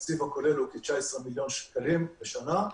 התקציב הכולל הוא כ-19 מיליון שקלים בשנה.